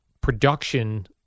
production